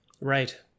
Right